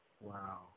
Wow